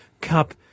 Cup